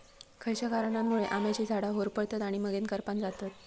खयच्या कारणांमुळे आम्याची झाडा होरपळतत आणि मगेन करपान जातत?